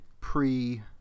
pre